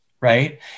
right